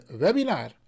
webinar